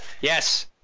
yes